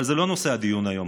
אבל זה לא נושא הדיון היום,